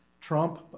trump